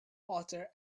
water